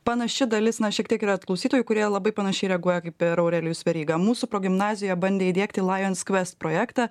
panaši dalis na šiek tiek yra tų klausytojų kurie labai panašiai reaguoja kaip ir aurelijus veryga mūsų progimnazijoj bandė įdiegti lajons kvest projektą